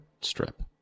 strip